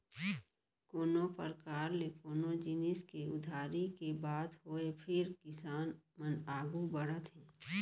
कोनों परकार ले कोनो जिनिस के उधारी के बात होय फेर किसान मन आघू बढ़त हे